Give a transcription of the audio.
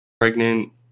pregnant